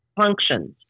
functions